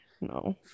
no